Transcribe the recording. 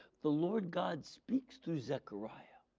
the lord god speaks through zechariah.